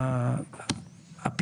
ברשותכם,